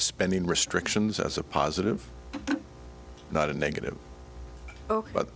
spending restrictions as a positive not a negative but